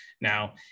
Now